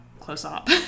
close-up